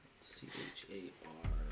C-H-A-R